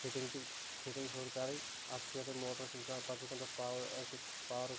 fitting تہٕ fitting ہیٛور کَرٕنۍ ادٕ چھُ ہیٚکان موٹرس اِنسان پتہٕ چھُ ہیٚکان تتھ پاور ٲسِتھ پاورس